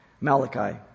Malachi